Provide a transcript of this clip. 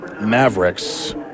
Mavericks